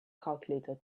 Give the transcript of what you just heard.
calculator